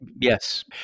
Yes